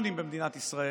ישראל.